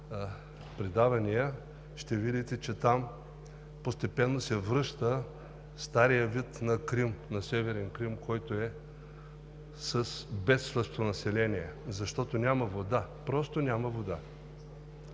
предавания, ще видите, че там постепенно се връща старият вид на Крим, на Северен Крим, който е с бедстващо население, защото няма вода. Просто няма вода!